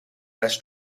mess